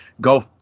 go